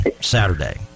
Saturday